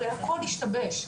הרי הכול השתבש,